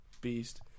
beast